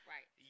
Right